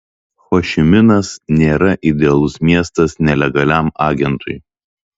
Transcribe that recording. hošiminas nėra idealus miestas nelegaliam agentui